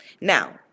Now